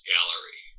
Gallery